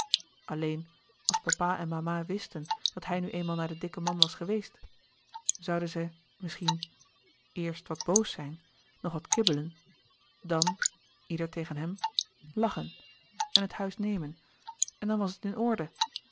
alleen als papa en mama wisten dat hij nu eenmaal naar den dikken man was geweest zouden zij misschien eerst wat boos zijn nog wat kibbelen dan ieder tegen hem lachen en het het huis nemen en dan was het in orde